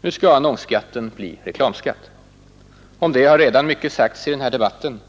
Nu skall annonsskatten bli reklamskatt. Om det har redan mycket sagts i den här debatten.